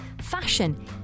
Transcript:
fashion